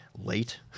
late